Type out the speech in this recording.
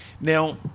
Now